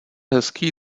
hezký